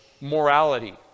morality